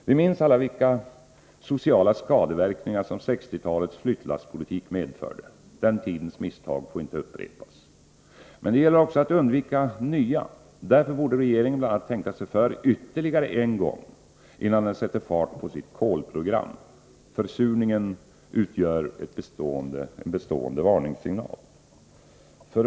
Vi minns alla vilka sociala skadeverkningar som 1960-talets flyttlasspolitik medförde. Den tidens misstag får inte upprepas. Men det gäller också att undvika nya misstag. Därför borde regeringen bl.a. tänka sig för ytterligare en gång, innan den sätter fart på sitt kolprogram. Försurningen utgör en bestående varningssignal.